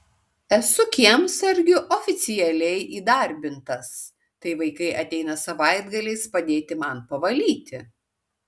esu kiemsargiu oficialiai įdarbintas tai vaikai ateina savaitgaliais padėti man pavalyti